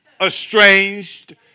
estranged